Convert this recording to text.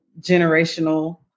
generational